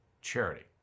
charity